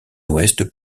ouest